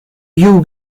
you